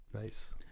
Nice